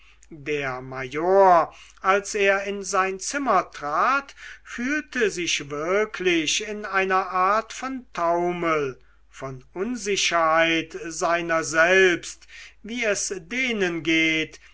der major als er in sein zimmer trat fühlte sich wirklich in einer art von taumel von unsicherheit seiner selbst wie es denen geht